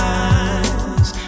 eyes